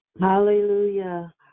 Hallelujah